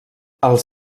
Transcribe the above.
els